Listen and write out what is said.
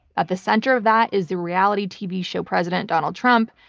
at the center of that is the reality tv show president donald trump,